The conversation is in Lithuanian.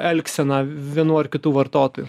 elgseną vienų ar kitų vartotojų